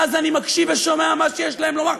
ואז אני מקשיב ושומע מה שיש להם לומר,